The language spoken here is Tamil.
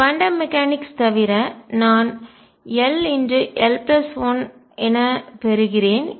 குவாண்டம் மெக்கானிக்ஸ் தவிர நான் ll1 என பெறுகிறேன்